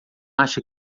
acha